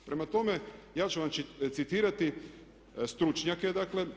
Prema tome, ja ću vam citirati stručnjake, dakle.